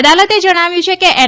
અદાલતે જણાવ્યું છેકે એન